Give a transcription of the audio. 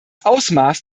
ausmaß